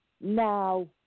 now